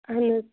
اَہَن حظ